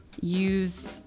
use